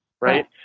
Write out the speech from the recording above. right